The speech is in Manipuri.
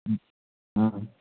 ꯑꯥ